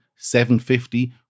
750